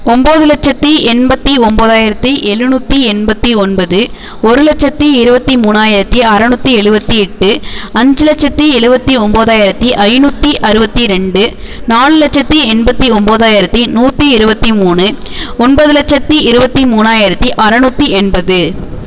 ஒம்பது லட்சத்தி எண்பத்தி ஒம்பதாயிரத்தி எழுநூற்றி எண்பத்தி ஒன்பது ஒரு லட்சத்தி இருபத்தி மூணாயிரத்தி அறுநூத்தி எழுபத்தி எட்டு அஞ்சு லட்சத்தி எழுபத்தி ஒம்பதாயிரத்தி ஐந்நூற்றி அறுபத்தி ரெண்டு நாலு லட்சத்தி எண்பத்தி ஒம்பதாயிரத்தி நூற்றி இருபத்தி மூணு ஒன்பது லட்சத்தி இருபத்தி மூணாயிரத்தி அறுநூத்தி எண்பது